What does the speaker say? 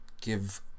give